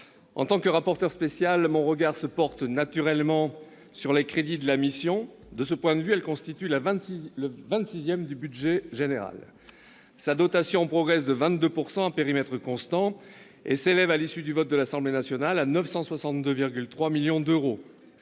en tant que rapporteur spécial, mon regard se porte naturellement sur les crédits de la mission. De ce point de vue, elle constitue la vingt-sixième du budget général. Sa dotation progresse de 22 % à périmètre constant et s'élève, à l'issue du vote de l'Assemblée nationale, à 962,3 millions d'euros.